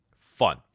fun